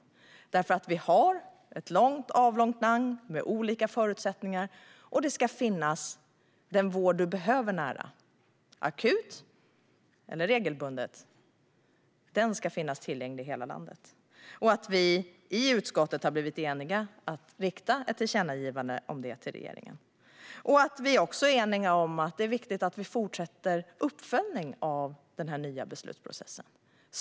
Sverige är ett avlångt land med olika förutsättningar, och den vård som man behöver akut eller regelbundet ska finnas nära och tillgänglig i hela landet. Därför är vi i utskottet eniga om att rikta ett tillkännagivande om detta till regeringen. Utskottet är också enigt om att det är viktigt att följa upp denna nya beslutsprocess.